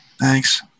Thanks